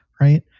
Right